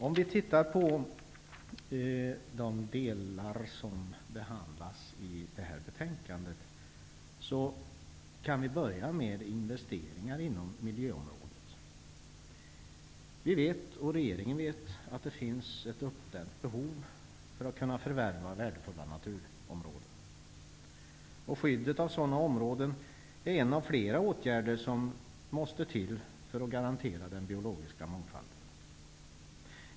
Om vi tittar på de delar som behandlas i detta betänkande, kan vi börja med investeringar inom miljöområdet. Vi och regeringen vet att det finns ett uppdämt behov av att förvärva värdefulla naturområden. Skyddet av sådana områden är en av flera åtgärder som måste till för att den biologiska mångfalden skall kunna garanteras.